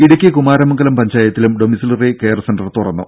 ഇടുക്കി കുമാരമംഗലം പഞ്ചായത്തിലും domiciliary care centre തുറന്നു